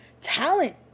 talent